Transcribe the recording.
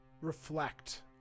reflect